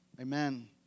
amen